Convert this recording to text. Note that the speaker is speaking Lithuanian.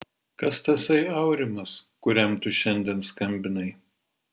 kas tasai aurimas kuriam tu šiandien skambinai